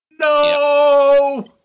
No